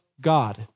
God